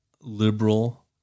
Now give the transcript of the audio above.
liberal